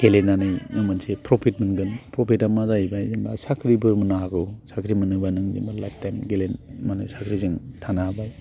गेलेनानै मोनसे प्रफिट मोनगोन प्रफिटआ मा जाहैबाय जेनेबा साख्रिबो मोननो हागौ साख्रि मोनोबा नों जेनेबा लाइफ टाइम माने साख्रिजों थानो हाबाय